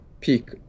peak